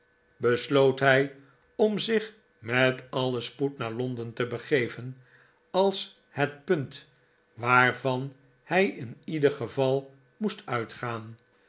besloot hij om zich met alien spoed naar londen te begeven als het punt waarvan hij in ieder geval moest uitgaan